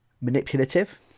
manipulative